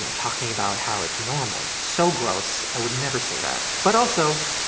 um talking about how it's normal. so gross i would never say that but, also,